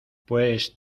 pues